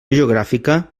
geogràfica